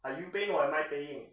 are you paying or am I paying